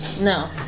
No